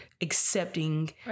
accepting